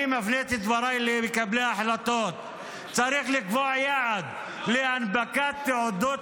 אני מפנה את דברי אל מקבלי ההחלטות: צריך לקבוע יעד להנפקת תעודות